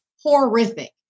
horrific